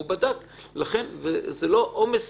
לכן זה לא עומס